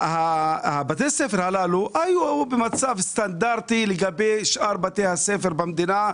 בתי הספר הללו היו במצב סטנדרטי ביחס לשאר בתי הספר במדינה,